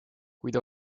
kuid